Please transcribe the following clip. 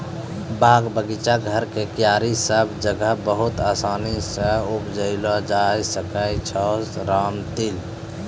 बाग, बगीचा, घर के क्यारी सब जगह बहुत आसानी सॅ उपजैलो जाय ल सकै छो रामतिल